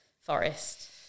forest